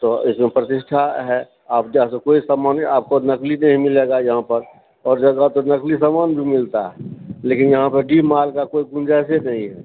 तो प्रतिष्ठा है आप यहाँ से कोई भी समान आपको नकली नहीं मिलेगा यहाँ पर और जगह पर नकली समान भी मिलता है लेकिन यहाँ पर डी माल का कोई गुँजाइसे नहीं है